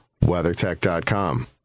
WeatherTech.com